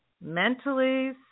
mentally